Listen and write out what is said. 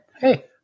Hey